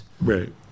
Right